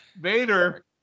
Vader